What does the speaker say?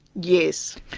yes.